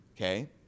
Okay